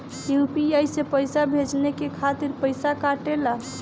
UPI से पइसा भेजने के खातिर पईसा कटेला?